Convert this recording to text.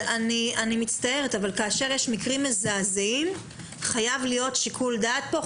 אני מצטערת אבל כאשר יש מקרים מזעזעים חייב להיות שיקול דעת פה.